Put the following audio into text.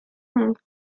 del